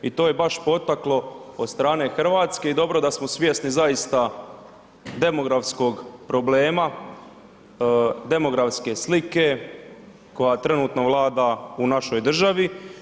I to je baš potaklo od strane Hrvatske i dobro da smo svjesni zaista demografskog problema, demografske slike koja trenutno vlada u našoj državi.